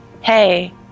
Hey